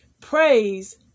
praise